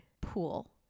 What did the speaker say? Pool